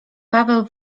paweł